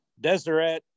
Deseret